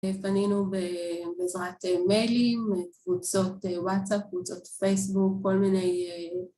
פנינו בעזרת מיילים, קבוצות וואטסאפ, קבוצות פייסבוק, כל מיני...